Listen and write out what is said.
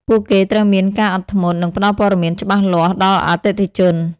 ពួកគេត្រូវមានការអត់ធ្មត់ និងផ្តល់ព័ត៌មានច្បាស់លាស់ដល់អតិថិជន។